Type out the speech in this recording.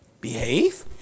Behave